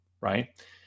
right